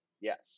Yes